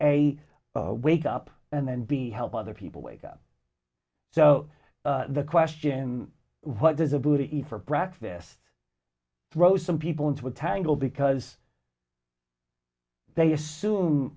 a wake up and then be help other people wake up so the question what does a buddha eat for breakfast throw some people into a tangle because they assume